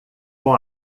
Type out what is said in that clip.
com